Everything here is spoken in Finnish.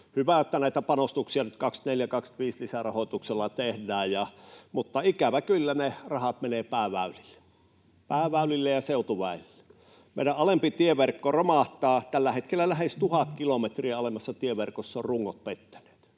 Hyvä, että näitä panostuksia nyt 24—25 lisärahoituksella tehdään, mutta, ikävä kyllä, ne rahat menevät pääväylille ja seutuväylille. Meidän alempi tieverkko romahtaa. Tällä hetkellä lähes tuhannella kilometrillä alemmassa tieverkossa ovat rungot pettäneet.